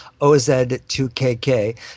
OZ2KK